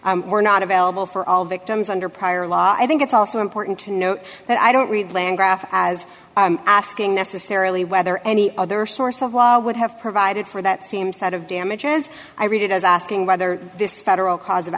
damages were not available for all victims under prior law i think it's also important to note that i don't read land graph as asking necessarily whether any other source of law would have provided for that seems out of damages i read it as asking whether this federal cause of